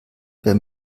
wer